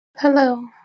hello